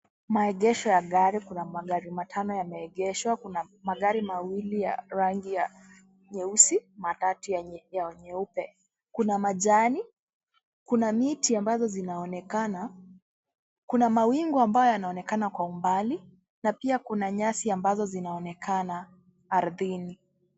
Maegeesho ya gari kuna magari matano yameegeshwa kuna magari miwili ya rangi ya meusi , matatu ya nyeupe kuna majani, kuna miti ambazo zinaonekana kuna mawingu ambayo yanaonekana kwa umbali na pia kuna nyasi ambazo zinaonekana ardhini.